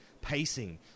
pacing